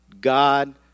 God